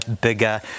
bigger